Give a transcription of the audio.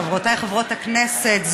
חברותי חברות הכנסת,